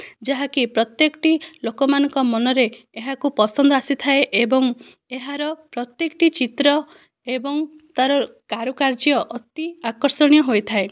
ଯାହାକି ପ୍ରତ୍ୟକଟି ଲୋକମାନଙ୍କ ମନରେ ଏହାକୁ ପସନ୍ଦ ଆସିଥାଏ ଏବଂ ଏହାର ପ୍ରତ୍ୟକଟି ଚିତ୍ର ଏବଂ ତା'ର କାରୁକାର୍ଯ୍ୟ ଅତି ଆକର୍ଷଣୀୟ ହୋଇଥାଏ